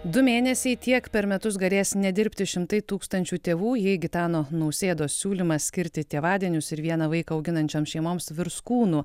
du mėnesiai tiek per metus galės nedirbti šimtai tūkstančių tėvų jei gitano nausėdos siūlymas skirti tėvadienius ir vieną vaiką auginančioms šeimoms virs kūnu